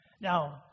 now